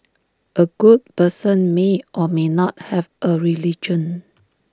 A good person may or may not have A religion